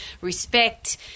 respect